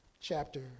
chapter